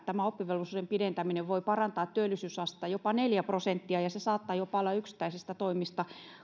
tämä oppivelvollisuuden pidentäminen voi parantaa työllisyysastetta jopa neljä prosenttia ja se mitä tässä hallitus on tekemässä saattaa olla yksittäisistä toimista jopa